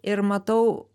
ir matau